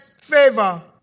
favor